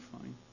fine